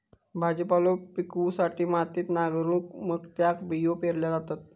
भाजीपालो पिकवूसाठी मातीत नांगरून मग त्यात बियो पेरल्यो जातत